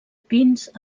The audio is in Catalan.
pins